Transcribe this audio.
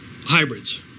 hybrids